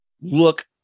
look